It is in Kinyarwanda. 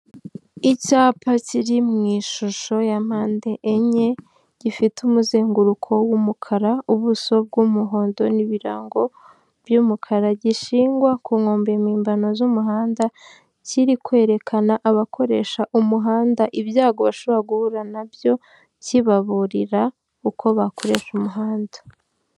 Icyapa kiri mu ishusho ya mpande enye, gifite umuzenguruko w'umukara, ubuso bw'umuhondo n'ibirango by'umukara. Gishingwa ku nkombe mpimbano z'umuhanda, kiri kwerekana abakoresha umuhanda ibyago bashobora guhura na byo, kibaburira uko bakoresha umuhanda.